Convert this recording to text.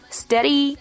steady。